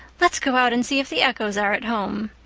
let's go out and see if the echoes are at home.